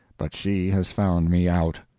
but she has found me out.